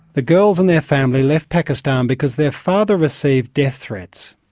the girls and their family left pakistan because their father received death threats.